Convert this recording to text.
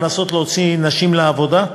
לנסות להוציא נשים לעבודה.